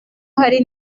hari